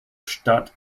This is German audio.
stadt